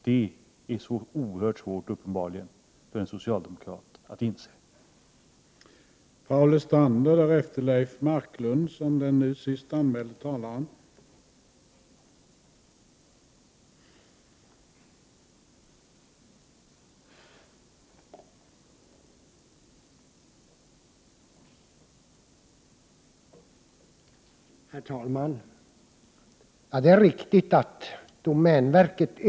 Detta är uppenbarligen oerhört svårt för en socialdemokrat att inse.